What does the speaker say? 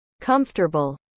comfortable